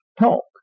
talk